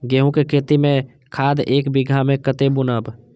गेंहू के खेती में खाद ऐक बीघा में कते बुनब?